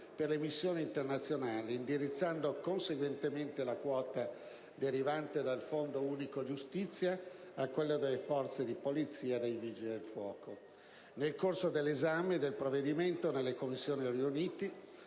per le missioni internazionali, indirizzando conseguentemente la quota derivante dal fondo unico giustizia agli assegni per il personale delle Forze di polizia e dei Vigili del fuoco. Nel corso dell'esame del provvedimento nelle Commissioni riunite